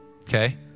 Okay